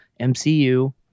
MCU